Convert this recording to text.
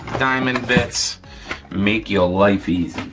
diamond bits make your life easy.